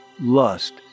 lust